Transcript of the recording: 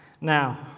now